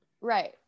right